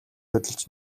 хөдөлж